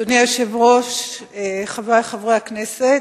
אדוני היושב-ראש, חברי חברי הכנסת,